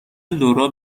لورا